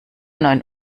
neun